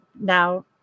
now